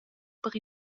per